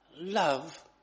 love